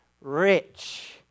rich